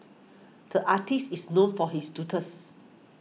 the artist is known for his doodles